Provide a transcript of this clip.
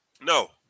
No